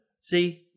see